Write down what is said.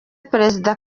perezida